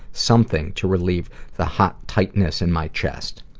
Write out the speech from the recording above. something to relieve the hot tightness in my chest.